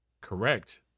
correct